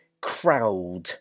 Crowd